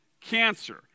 cancer